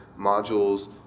modules